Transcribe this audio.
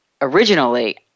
originally